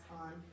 on